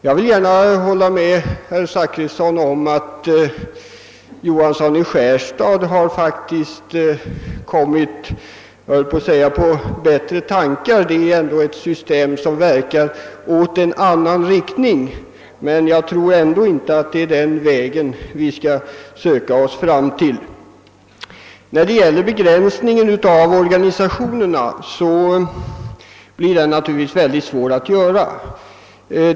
Jag vill gärna hålla med herr Zachrisson om att herr Johansson i Skärstad faktiskt kommit på bättre tankar. Han föreslår ett system som verkar i en annan riktning, men jag tror ändå inte att det är på den vägen vi skall söka oss fram. När det gäller begränsningen av organisationerna blir den naturligtvis mycket svår att göra.